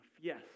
Yes